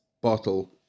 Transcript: Bottle